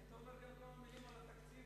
היית אומר גם כמה מלים על התקציב.